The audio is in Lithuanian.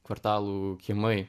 kvartalų kiemai